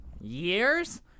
Years